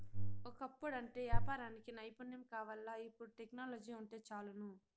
ఒకప్పుడంటే యాపారానికి నైపుణ్యం కావాల్ల, ఇపుడు టెక్నాలజీ వుంటే చాలును